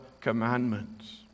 commandments